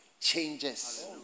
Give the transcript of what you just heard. changes